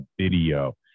video